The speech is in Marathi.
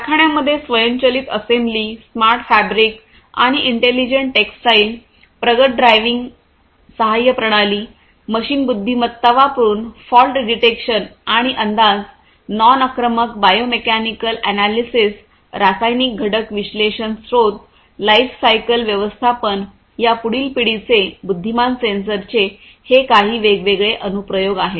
कारखान्यांमध्ये स्वयंचलित असेंब्ली स्मार्ट फॅब्रिक आणि इंटेलिजेंट टेक्सटाईल प्रगत ड्रायव्हिंग सहाय्य प्रणाली मशीन बुद्धिमत्ता वापरुन फॉल्ट डिटेक्शन आणि अंदाज नॉन आक्रमक बायोमेकॅनिकल अॅनालिसिस रासायनिक घटक विश्लेषण स्त्रोत लाइफसायकल व्यवस्थापन या पुढील पिढीचे बुद्धिमान सेन्सर चे हे काही वेगवेगळे अनुप्रयोग आहेत